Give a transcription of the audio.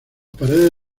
paredes